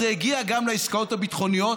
אבל זה הגיע גם לעסקאות הביטחוניות.